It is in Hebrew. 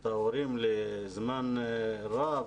את ההורים לזמן רב,